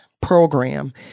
program